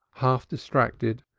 half distracted,